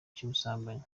cy’ubusambanyi